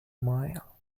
mile